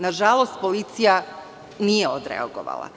Nažalost, policija nije odreagovala.